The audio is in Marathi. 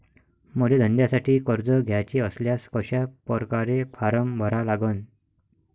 मले धंद्यासाठी कर्ज घ्याचे असल्यास कशा परकारे फारम भरा लागन?